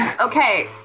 Okay